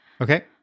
Okay